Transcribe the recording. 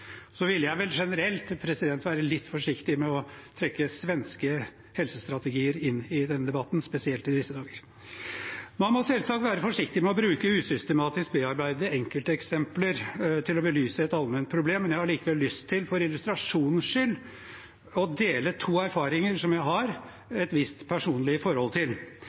Så ville jeg vel generelt være litt forsiktig med å trekke svenske helsestrategier inn i denne debatten, spesielt i disse dager. Man må selvsagt være forsiktig med å bruke usystematisk bearbeidede enkelteksempler til å belyse et allment problem. Jeg har likevel lyst til for illustrasjonens skyld å dele to erfaringer jeg har et visst personlig forhold til.